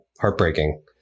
heartbreaking